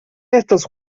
estos